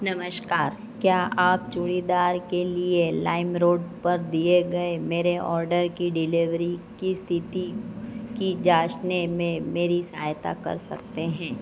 नमस्कार क्या आप चूड़ीदार के लिए लाइमरॉड पर दिए गए मेरे ऑर्डर की डिलीवरी की स्थिति की जाँचने में मेरी सहायता कर सकते हैं